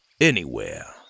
Anywhere